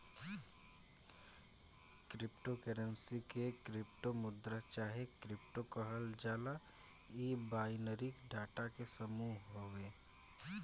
crypto currency के crypto मुद्रा चाहे क्रिप्टो कहल जाला इ बाइनरी डाटा के समूह हवे